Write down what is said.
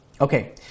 Okay